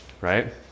right